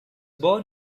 born